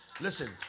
Listen